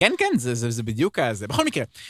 כן, כן, זה בדיוק היה זה, בכל מקרה.